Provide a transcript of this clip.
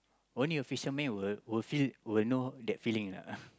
only a fisherman will feel will know that feeling lah